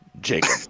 jacob